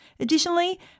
Additionally